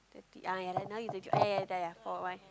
ah ya lah now you twenty one ah ya ya ya for one